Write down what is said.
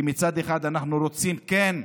כי מצד אחד אנחנו רוצים, כן,